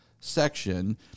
section